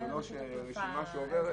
זו לא רשימה שעוברת